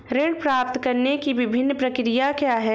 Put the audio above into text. ऋण प्राप्त करने की विभिन्न प्रक्रिया क्या हैं?